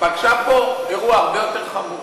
פגשה פה אירוע הרבה יותר חמור.